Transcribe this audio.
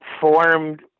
formed